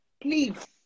please